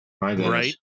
Right